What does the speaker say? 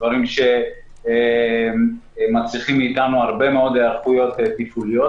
דברים שמצריכים מאתנו הרבה מאוד היערכויות תפעוליות,